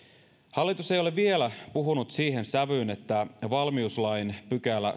hallitus ei ole vielä puhunut siihen sävyyn että valmiuslain sadaskahdeksastoista pykälä